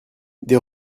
des